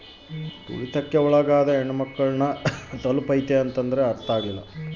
ತುಳಿತಕ್ಕೆ ಒಳಗಾದ ಹೆಣ್ಮಕ್ಳು ನ ತಲುಪೈತಿ